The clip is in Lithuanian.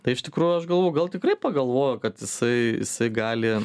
tai iš tikrųjų aš galvoju gal tikrai pagalvojo kad jisai jisai gali